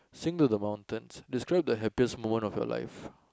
sing to the mountains describe the happiest moment of your life